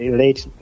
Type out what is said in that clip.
late